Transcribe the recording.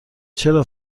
چرا